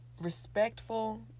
respectful